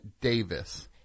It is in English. Davis